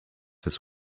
his